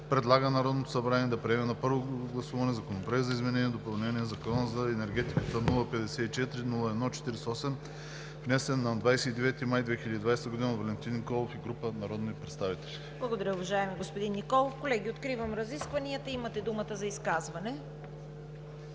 предлага на Народното събрание да приеме на първо гласуване Законопроект за изменение и допълнение на Закона за енергетиката, № 054-01-48, внесен на 29 май 2020 г. от Валентин Николов и група народни представители.“ ПРЕДСЕДАТЕЛ ЦВЕТА КАРАЯНЧЕВА: Благодаря, уважаеми господин Николов. Колеги, откривам разискванията. Имате думата за изказване.